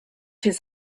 his